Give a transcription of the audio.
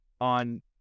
on